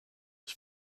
was